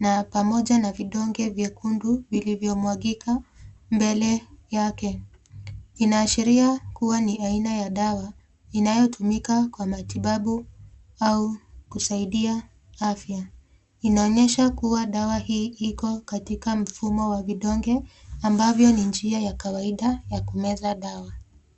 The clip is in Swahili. na pamaoja na vidonge vyekundu vilivyo mwagika mbele yake. Inaashiria kuwa ni haina ya dawa inayo tumika kwa matibabu au kusaidia afya, inaonyesha kuwa dawa hii iko katika mfumu wa vidonge ambavyo ni njia ya kawaida ya kumeza dawa.